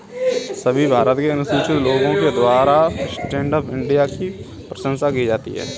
सभी भारत के अनुसूचित लोगों के द्वारा स्टैण्ड अप इंडिया की प्रशंसा की जाती है